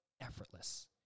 effortless